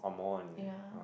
yeah